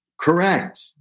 Correct